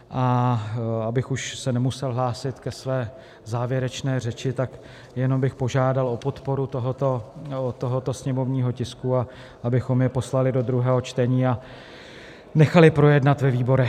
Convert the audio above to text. A abych už se nemusel hlásit ke své závěrečné řeči, tak jenom bych požádal o podporu tohoto sněmovního tisku, abychom jej poslali do druhého čtení a nechali projednat ve výborech.